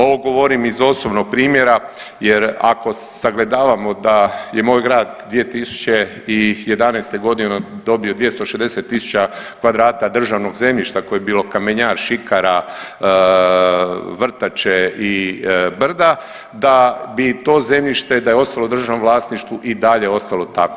Ovo govorim iz osobnog primjera jer ako sagledavamo da je moj grad 2011.g. dobio 260.000 kvadrata državnog zemljišta koje je bilo kamenjar, šikara, vrtače i brda da bi to zemljište da je ostalo u državnom vlasništvu i dalje ostalo tako.